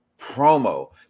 promo